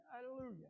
Hallelujah